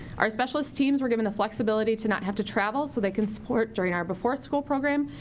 our specialist teams were given the flexibility to not have to travel. so they can support during our before school program.